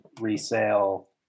resale